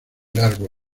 largo